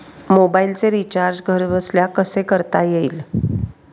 मोबाइलचे रिचार्ज घरबसल्या कसे करता येईल?